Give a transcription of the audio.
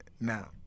now